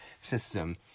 system